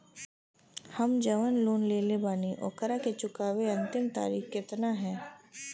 हम जवन लोन लेले बानी ओकरा के चुकावे अंतिम तारीख कितना हैं?